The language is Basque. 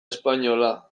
espainola